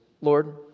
Lord